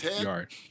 yard